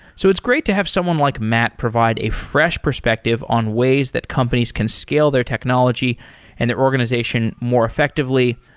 so it's great to have someone like matt provide a fresh perspective on ways that companies that can scale their technology and the organization more effectively.